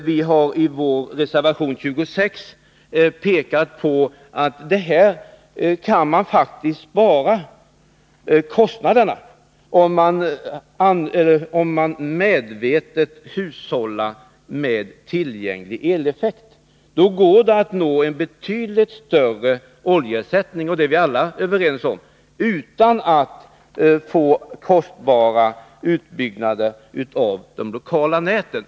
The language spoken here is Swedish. Vi har i reservation 26 pekat på att man här faktiskt kan spara kostnaderna, om man medvetet hushållar med tillgänglig eleffekt. Då går det att nå en betydligt större oljeersättning — det är vi alla överens om — utan att behöva göra kostnadskrävande utbyggander av de lokala elnäten.